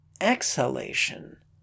exhalation